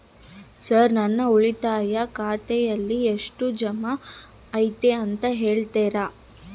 Sir ನನ್ನ ಉಳಿತಾಯ ಖಾತೆಯಲ್ಲಿ ಜಮಾ ಎಷ್ಟು ಐತಿ ಅಂತ ಹೇಳ್ತೇರಾ?